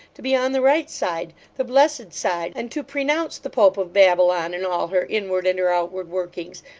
to be on the right side the blessed side and to prenounce the pope of babylon, and all her inward and her outward workings,